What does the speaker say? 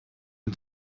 him